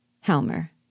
Helmer